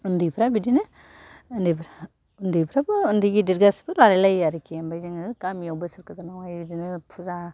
उन्दैफ्रा बिदिनो उन्दैफ्रा उन्दैफ्राबो उन्दै गिदिर गासिबो लालाय लायो आरोखि ओमफ्राय जोङो गामियाव बोसोर गोदानावहाय बिदिनो फुजा